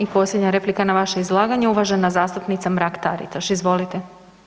I posljednja replika na vaše izlaganje, uvažena zastupnica Mrak Taritaš, izvolite.